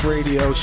Radio